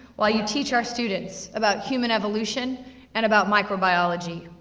while you teach our students, about human evolution and about microbiology.